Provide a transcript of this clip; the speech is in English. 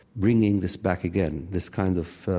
bringing this back again, this kind of